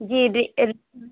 जी जी